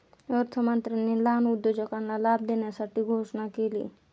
अर्थमंत्र्यांनी लहान उद्योजकांना लाभ देण्यासाठी घोषणा केली